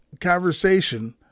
conversation